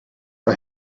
mae